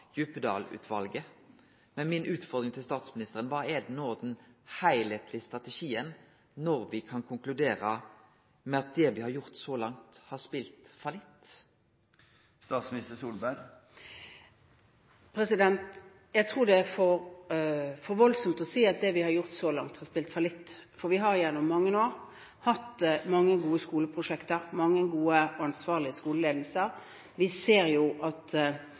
men mi utfordring til statsministeren er: Kva er no den heilskaplege strategien når me kan konkludere med at det me har gjort så langt, har spelt fallitt? Jeg tror det er for voldsomt å si at det vi har gjort så langt, har spilt fallitt, for vi har gjennom mange år hatt mange gode skoleprosjekter og mange gode og ansvarlige skoleledelser. Vi ser at arbeidet har vært systematisert i stor grad. Vi vet at